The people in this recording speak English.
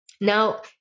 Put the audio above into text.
Now